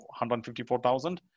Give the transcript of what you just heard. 154,000